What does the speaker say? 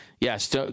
yes